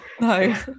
No